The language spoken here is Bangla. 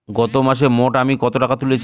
গত মাসে মোট আমি কত টাকা তুলেছি?